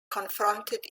confronted